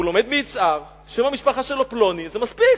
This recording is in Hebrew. הוא לומד ביצהר, שם המשפחה שלו פלוני, זה מספיק.